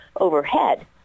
overhead